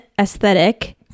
aesthetic